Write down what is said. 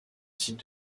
site